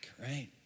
right